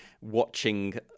watching